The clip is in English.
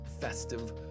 festive